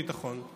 ביטחון,